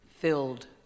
filled